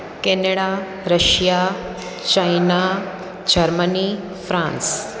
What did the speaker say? Canada Russia China Germany France